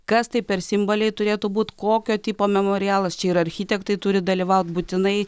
kas tai per simboliai turėtų būti kokio tipo memorialas čia ir architektai turi dalyvauti būtinai